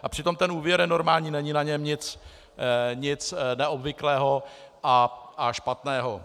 A přitom ten úvěr je normální, není na něm nic neobvyklého a špatného.